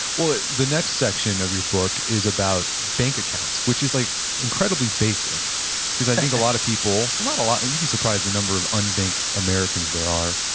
well, the next section of your book is about bank accounts, which is like incredibly basic because i think a lot of people, not a lot, you'd be surprised the number of unbanked americans there are.